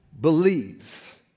believes